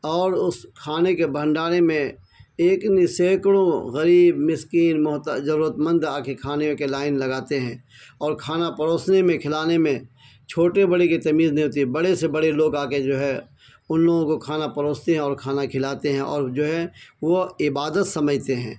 اور اس کھانے کے بھنڈارے میں ایک نہیں سیکڑوں غریب مسکین محتاج ضرورت مند آ کے کھانے کے لائن لگاتے ہیں اور کھانا پروسنے میں کھلانے میں چھوٹے بڑے کی تمیز نہیں ہوتی بڑے سے بڑے لوگ آ کے جو ہے ان لوگوں کو کھانا پروستے ہیں اور کھانا کھلاتے ہیں اور جو ہے وہ عبادت سمجھتے ہیں